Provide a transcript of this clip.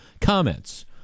comments